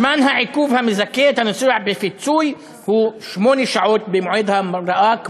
זמן העיכוב המזכה את הנוסע בפיצוי הוא שמונה שעות ממועד ההמראה,